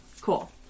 cool